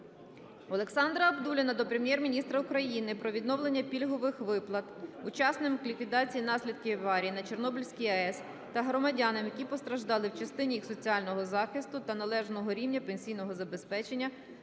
Олександра Абдулліна до Прем'єр-міністра України про відновлення пільгових виплат учасникам ліквідації наслідків аварії на Чорнобильській АЕС та громадянам, які постраждали, в частині їх соціального захисту та належного рівня пенсійного забезпечення,